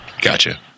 Gotcha